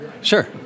sure